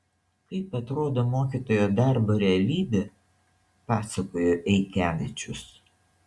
kaip atrodo mokytojo darbo realybė pasakojo eikevičius